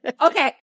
Okay